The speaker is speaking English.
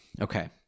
Okay